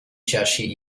chercher